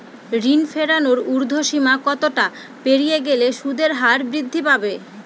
ঋণ ফেরানোর উর্ধ্বসীমা কতটা পেরিয়ে গেলে সুদের হার বৃদ্ধি পাবে?